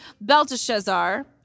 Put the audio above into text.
Belteshazzar